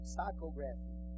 Psychography